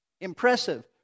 impressive